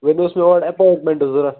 وۅنۍ اوس مےٚ اور اَپواینٹمینٛٹ ضروٗرت